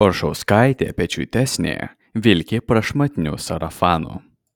oršauskaitė pečiuitesnė vilki prašmatniu sarafanu